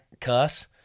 cuss